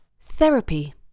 Therapy